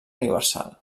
universal